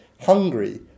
Hungary